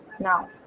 now